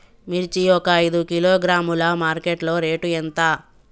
మిర్చి ఒక ఐదు కిలోగ్రాముల మార్కెట్ లో రేటు ఎంత?